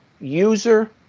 user